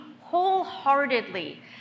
wholeheartedly